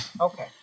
okay